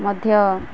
ମଧ୍ୟ